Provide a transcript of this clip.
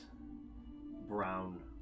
Brown